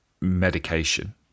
medication